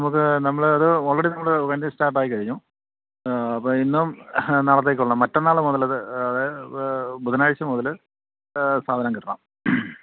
നമുക്ക് നമ്മളത് ഓൾറെഡി നമ്മള് സ്റ്റാർട്ടായിക്കഴിഞ്ഞു അപ്പോള് ഇന്നും നാളത്തേക്കുമുള്ള മറ്റന്നാള് മുതലത് അതായത് ബുധനാഴ്ച മുതല് സാധനം കിട്ടണം